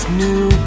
new